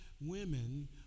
women